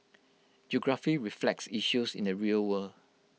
geography reflects issues in the real world